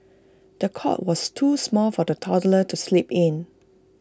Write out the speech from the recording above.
the cot was too small for the toddler to sleep in